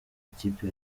ikipe